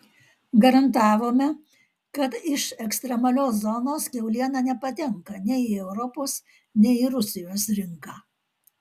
garantavome kad iš ekstremalios zonos kiauliena nepatenka nei į europos nei į rusijos rinką